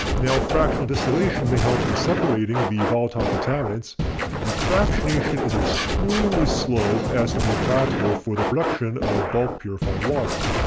now fractional distillation may help in separating the volatile contaminants but fractionation is extremely slow as to be impractical for production of bulk purified water.